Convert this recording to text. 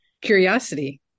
curiosity